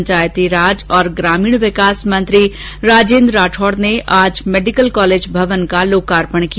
पंचायती राज और ग्रामीण विकास मंत्री राजेन्द्र राठौड ने आज मेडिकल कॉलेज भवन का लोकार्पण किया